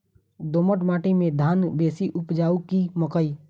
दोमट माटि मे धान बेसी उपजाउ की मकई?